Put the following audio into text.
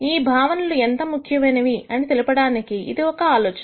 ఈ భావనలు ఎంత ముఖ్యమైనవి అని తెలపడానికి ఇది ఒక ఆలోచన